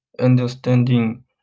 understanding